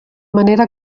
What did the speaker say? manera